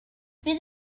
fydd